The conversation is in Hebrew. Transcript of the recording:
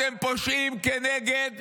אתם פושעים כנגד